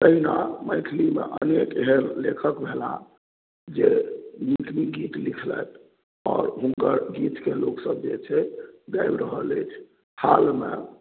तहिना मैथिलिमे अनेक एहन लेखक भेलाह जे नीक नीक गीत लिखलथि आओर हुनकर गीतके लोकसब जे छै गाबि रहल अछि हालमे